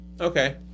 Okay